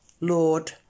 Lord